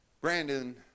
Brandon